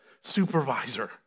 supervisor